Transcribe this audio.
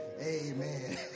Amen